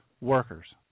workers